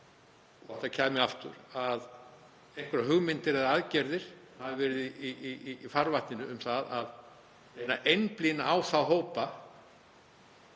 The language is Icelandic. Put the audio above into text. að þetta kæmi upp aftur, hvort einhverjar hugmyndir eða aðgerðir hafi verið í farvatninu um að einblína á þá hópa,